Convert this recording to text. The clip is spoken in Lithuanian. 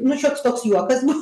nu šioks toks juokas bu